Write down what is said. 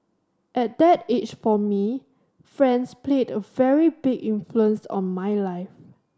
at that age for me friends played a very big influence on my life